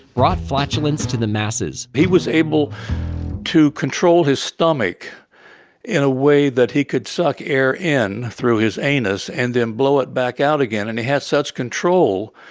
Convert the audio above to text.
brought flatulence to the masses. was able to control his stomach in a way that he could suck air in through his anus and then blow it back out again. and he had such control,